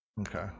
Okay